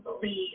believe